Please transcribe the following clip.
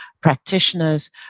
practitioners